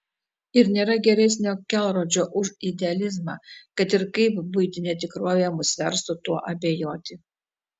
ir nėra geresnio kelrodžio už idealizmą kad ir kaip buitinė tikrovė mus verstų tuo abejoti